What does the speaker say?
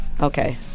Okay